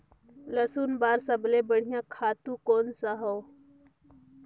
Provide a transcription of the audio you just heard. लसुन बार सबले बढ़िया खातु कोन सा हो?